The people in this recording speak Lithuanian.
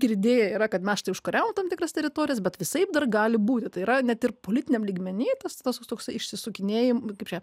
girdėję yra kad mes štai užkariaudavom tam tikras teritorijas bet visaip dar gali būti tai yra net ir politiniam lygmeny tas tas toksai išsisukinėji kipre